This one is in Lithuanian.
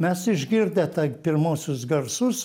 mes išgirdę taip pirmuosius garsus